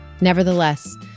Nevertheless